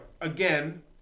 again